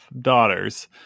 daughters